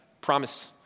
promise